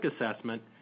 assessment